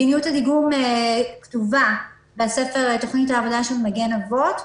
מדיניות הדיגום כתובה בספר תכנית העבודה של "מגן אבות",